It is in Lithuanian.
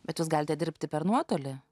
bet jūs galite dirbti per nuotolį